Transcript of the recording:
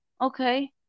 Okay